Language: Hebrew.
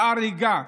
באריגה,